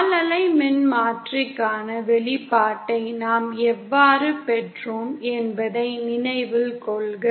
கால் அலை மின்மாற்றிக்கான வெளிப்பாட்டை நாம் எவ்வாறு பெற்றோம் என்பதை நினைவில் கொள்க